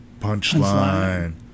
punchline